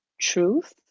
truth